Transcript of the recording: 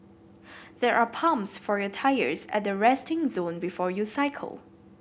there are pumps for your tyres at the resting zone before you cycle